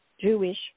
Jewish